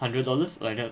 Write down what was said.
hundred dollars like that